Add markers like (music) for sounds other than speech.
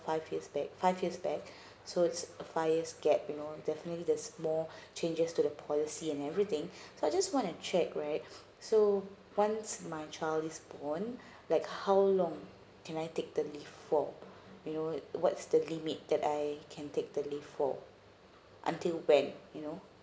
five years back five years back so it's five year gap you know definitely there's more changes to the policy and everything (breath) so I just wanna check right so once my child is born like how long can I take the leave for you know what's the limit that I can take the leave for until when you know